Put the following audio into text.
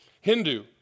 Hindu